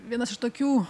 vienas iš tokių